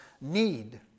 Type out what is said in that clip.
need